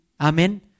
Amen